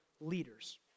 leaders